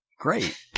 Great